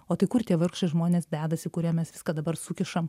o tai kur tie vargšai žmonės dedasi kuriem mes viską dabar sukišam